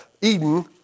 Eden